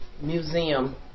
Museum